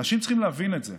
אנשים צריכים להבין את זה.